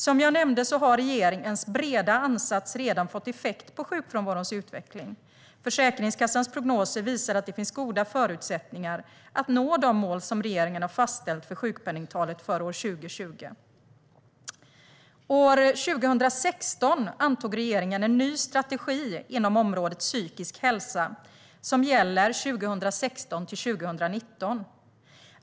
Som jag nämnde har regeringens breda ansats redan fått effekt på sjukfrånvarons utveckling. Försäkringskassans prognoser visar att det finns goda förutsättningar för att nå de mål som regeringen har fastställt för sjukpenningtalet för 2020. År 2016 antog regeringen en ny strategi inom området psykisk hälsa som gäller 2016-2019.